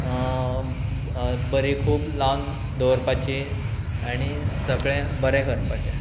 बरी खूब लावन दवरपाची आनी सगळें बरें करपाचें